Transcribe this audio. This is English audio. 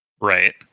Right